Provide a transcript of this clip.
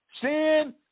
Sin